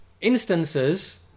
instances